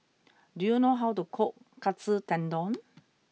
do you know how to cook Katsu Tendon